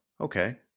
Okay